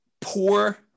Poor